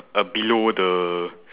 uh below the